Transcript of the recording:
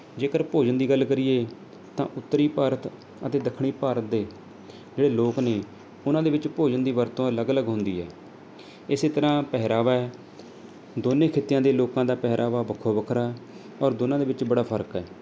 ਜੇਕਰ ਭੋਜਨ ਦੀ ਗੱਲ ਕਰੀਏ ਤਾਂ ਉੱਤਰੀ ਭਾਰਤ ਅਤੇ ਦੱਖਣੀ ਭਾਰਤ ਦੇ ਜਿਹੜੇ ਲੋਕ ਨੇ ਉਹਨਾਂ ਦੇ ਵਿੱਚ ਭੋਜਨ ਦੀ ਵਰਤੋਂ ਅਲੱਗ ਅਲੱਗ ਹੁੰਦੀ ਹੈ ਇਸੇ ਤਰ੍ਹਾਂ ਪਹਿਰਾਵਾ ਹੈ ਦੋਨੇ ਖਿੱਤਿਆਂ ਦੇ ਲੋਕਾਂ ਦਾ ਪਹਿਰਾਵਾ ਵੱਖੋ ਵੱਖਰਾ ਔਰ ਦੋਨਾਂ ਦੇ ਵਿੱਚ ਬੜਾ ਫਰਕ ਹੈ